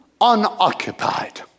unoccupied